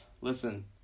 listen